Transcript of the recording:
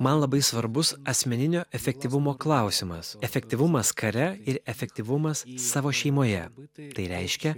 man labai svarbus asmeninio efektyvumo klausimas efektyvumas kare ir efektyvumas savo šeimoje tai reiškia